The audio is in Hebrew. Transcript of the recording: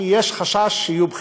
כי יש חשש שיהיו בחירות.